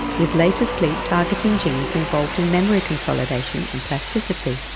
with later sleep targeting genes involved in memory consolidation and plasticity.